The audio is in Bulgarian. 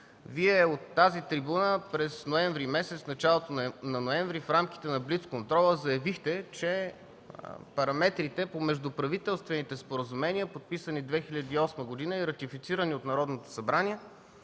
Вие от тази трибуна в началото на месец ноември в рамките на блиц контрола заявихте, че параметрите по междуправителствените споразумения, подписани в 2008 г. и ратифицирани от Народното събрание,